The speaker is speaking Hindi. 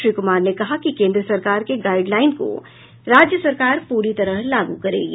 श्री कुमार ने कहा कि केंद्र सरकार के गाईडलाइन को राज्य सरकार पूरी तरह लागू करेगी